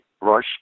Rush